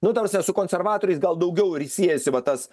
nu ta prasme su konservatoriais gal daugiau ir siejasi va tas